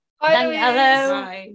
Hello